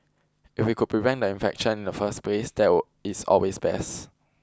if we could prevent the infection in the first place that is always best